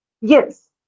Yes